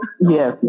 yes